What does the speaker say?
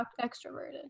extroverted